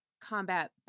combat